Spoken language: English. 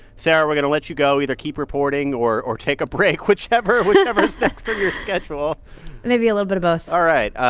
sarah, we're going to let you go either keep reporting or or take a break, whichever whichever is next on your schedule maybe a little bit of both all right.